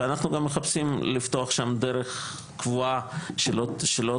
ואנחנו גם מחפשים לפתוח שם דרך קבועה שלא